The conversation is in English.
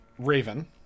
Raven